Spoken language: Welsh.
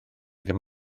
ddim